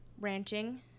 ranching